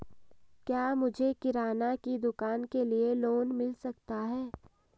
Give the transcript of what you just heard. क्या मुझे किराना की दुकान के लिए लोंन मिल सकता है?